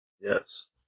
yes